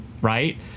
right